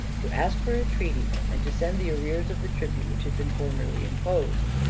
to ask for a treaty, and to send the arrears of the tribute which had been formerly imposed.